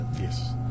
Yes